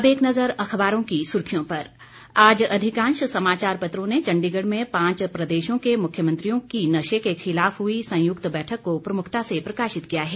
अब एक नजर अखबारों की सुर्खियों पर आज अधिकांश समाचार पत्रों ने चंडीगढ़ में पांच प्रदेशों के मुख्यमंत्रियों की नशे के खिलाफ हुई संयुक्त बैठक को प्रमुखता से प्रकाशित किया है